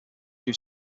due